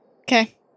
Okay